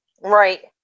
Right